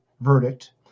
verdict